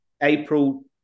April